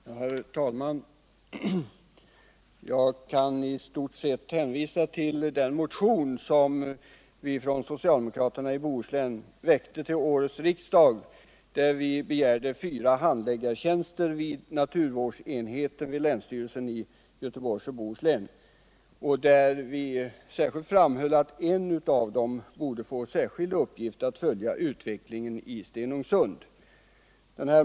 Herr talman! Jag kan i stort sett hänvisa till den motion som vi socialdemokrater i Bohuslän väckt till årets riksdag, där vi begärde fyra handläggartjänster till naturvårdsenheten vid länsstyrelsen i Göteborgs och Bohus län och där vi särskilt framhöll att en av dessa borde få till särskild uppgift att följa utvecklingen i Stenungsund.